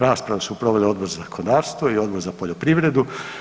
Raspravu su proveli Odbor za zakonodavstvo i Odbor za poljoprivredu.